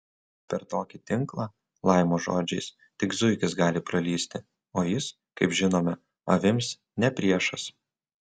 per tokį tinklą laimo žodžiais tik zuikis gali pralįsti o jis kaip žinome avims ne priešas